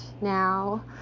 now